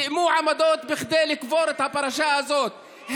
תיאמו עמדות כדי לקבור את הפרשה הזאת,